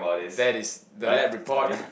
that is the lab report